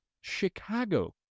Chicago